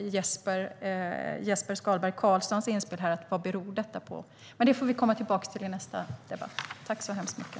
Jesper Skalberg Karlssons fråga om vad detta beror på. Men det får vi komma tillbaka till i en annan debatt.